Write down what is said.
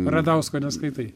radausko neskaitai